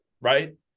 right